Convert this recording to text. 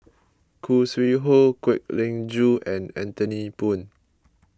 Khoo Sui Hoe Kwek Leng Joo and Anthony Poon